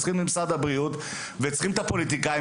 את משרד הבריאות ואת הפוליטיקאים,